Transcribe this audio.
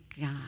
God